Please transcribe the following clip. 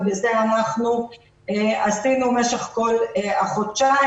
ובזה אנחנו עשינו משך כל החודשיים,